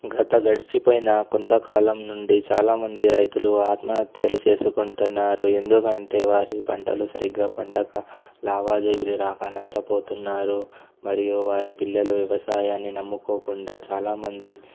గత గడిచిపోయిన కొంతకాలం నుండి చాలామంది రైతులు ఆత్మహత్యలు చేసుకుంటున్నారు ఎందుకంటే వారి పంటలు సరిగ్గా పండక లావాదేవీలు రాక నష్టపోతున్నారు మరియు వారి పిల్లలు వ్యవసాయాన్ని నమ్ముకోకుండా చాలామంది